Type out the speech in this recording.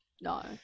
no